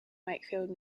wakefield